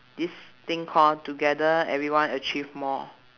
this thing call together everyone achieve more